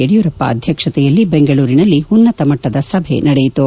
ಯಡಿಯೂರಪ್ಪ ಅಧ್ಯಕ್ಷತೆಯಲ್ಲಿ ಬೆಂಗಳೂರಿನಲ್ಲಿ ಉನ್ನತ ಮಟ್ಟದ ಸಭೆ ನಡೆಯಿತು